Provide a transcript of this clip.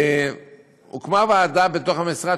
הוקמה ועדה במשרד,